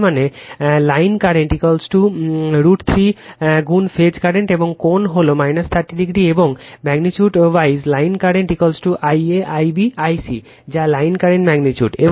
তার মানে line current √ 3 গুণ ফেজ কারেন্ট এবং কোণ হল 30o এবং magnitude wise line current Ia Ib I c যা লাইন কারেন্ট ম্যাগনিটিউড